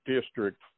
District